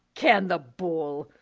can the bull!